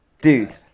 Dude